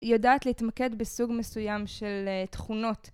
יודעת להתמקד בסוג מסוים של תכונות.